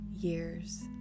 years